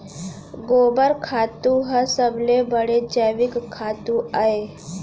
गोबर खातू ह सबले बड़े जैविक खातू अय